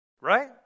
Right